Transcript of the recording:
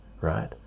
right